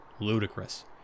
Ludicrous